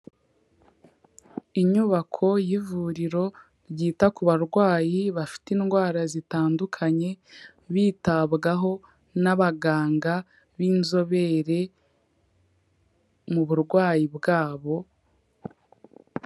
Inyubako y'ivuriro ryita ku barwayi bafite indwara zitandukanye, bitabwaho n'abaganga b'inzobere mu burwayi bwabo.